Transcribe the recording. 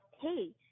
hey